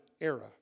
era